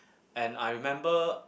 and I remember